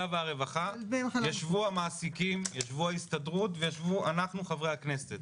והרווחה המעסיקים וההסתדרות ישבו איתנו.